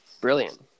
brilliant